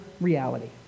reality